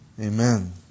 Amen